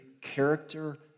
character